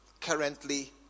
Currently